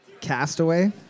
Castaway